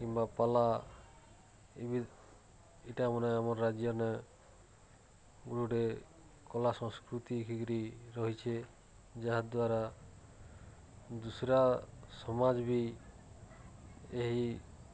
କିମ୍ବା ପାଲା ଏ ଇଟା ମାନେ ଆମର୍ ରାଜ୍ୟନେ ଗୁଟେ ଗୁଟେ କଲା ସଂସ୍କୃତି ହେଇକିରି ରହିଛେ ଯାହା ଦ୍ୱାରା ଦୁସ୍ରା ସମାଜ୍ ବି ଏହି